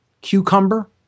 cucumber